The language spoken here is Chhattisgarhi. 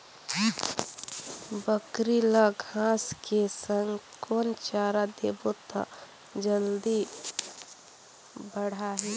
बकरी ल घांस के संग कौन चारा देबो त जल्दी बढाही?